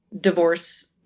divorce